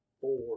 four